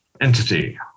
entity